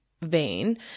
vein